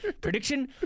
Prediction